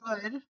good